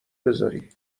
بذاری